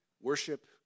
Worship